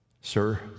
Sir